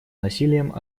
насилием